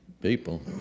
people